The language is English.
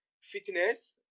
fitness